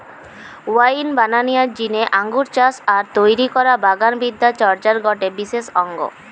wine বানানিয়ার জিনে আঙ্গুর চাষ আর তৈরি করা বাগান বিদ্যা চর্চার গটে বিশেষ অঙ্গ